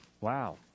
Wow